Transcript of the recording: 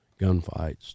gunfights